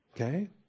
Okay